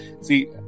see